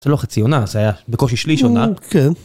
זה לא חצי עונה, זה היה בקושי שלישי עונה. אה, כן.